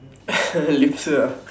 laxer ah